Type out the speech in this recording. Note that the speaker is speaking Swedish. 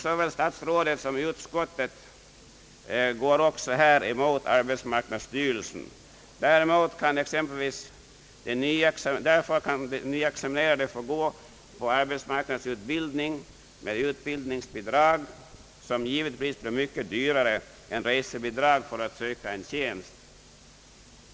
Såväl statsrådet som utskottet går också här emot arbetsmarknadsstyrelsen. Däremot kan exempelvis de nyexaminerade få gå på arbetsmarknadsutbildning med utbildningsbidrag, som givetvis blir mycket dyrare än resebidrag som utgår när man söker en tjänst.